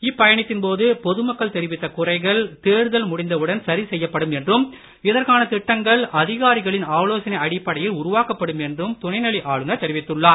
இப்பயணத்தின்போது பொதுமக்கள் தெரிவித்த குறைகள் தேர்தல் முடிந்தவுடன் சரி செய்யப்படும் என்றும் இதற்கான திட்டங்கள் அதிகாரிகளின் ஆலோசனை அடிப்படையில் உருவாக்கப்படும் என்றும் துணை நிலை ஆளுநர் தெரிவித்துள்ளார்